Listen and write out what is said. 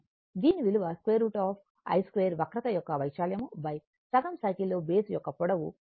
దీని విలువ √ i2 వక్రత యొక్క వైశాల్యం సగం సైకిల్లో బేస్ యొక్క పొడవు అవుతుంది